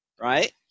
right